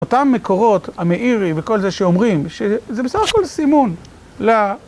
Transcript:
אותן מקורות, המאירי, וכל זה שאומרים, שזה בסך הכל סימון